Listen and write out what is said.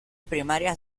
primarias